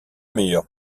meilleures